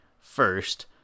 first